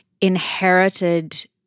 inherited